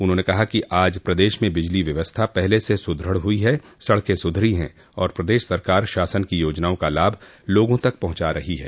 उन्होंने कहा कि आज प्रदेश में बिजली व्यवस्था पहले से सुदृढ़ हुई है सड़कें सुधरी हैं और प्रदेश सरकार शासन की योजनाओं का लाभ लोगों तक पहुंचा रही है